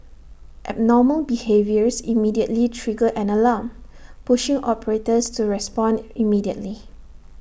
abnormal behaviours immediately trigger an alarm pushing operators to respond immediately